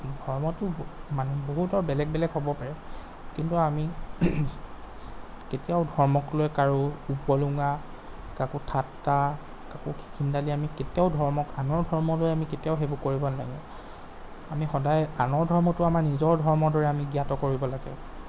ধৰ্মটো মানুহ বহুতৰ বেলেগ বেলেগ হ'ব পাৰে কিন্তু আমি কেতিয়াও ধৰ্মক লৈ কাৰো উপলুঙা কাকো ঠাট্টা কাকো খিকিন্দালি আমি কেতিয়াও ধৰ্মক আনৰ ধৰ্মলৈ আমি কেতিয়াও সেইবোৰ কৰিব নেলাগে আমি সদায় আনৰ ধৰ্মটো আমাৰ নিজৰ ধৰ্মৰ দৰে আমি জ্ঞাত কৰিব লাগে